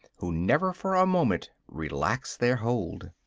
who never for a moment relax their hold.